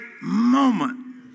moment